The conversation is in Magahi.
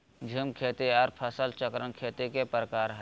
झूम खेती आर फसल चक्रण खेती के प्रकार हय